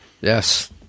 Yes